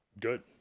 good